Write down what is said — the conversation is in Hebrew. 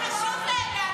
חשוב להם להעביר את זה?